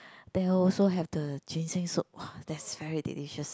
they also have the ginseng soup [wah] that's very delicious